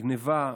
גנבה,